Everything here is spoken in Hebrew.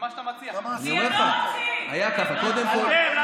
מה שאתה אומר לי: אני מעדיף אפס מאשר 66%. לא,